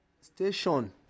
station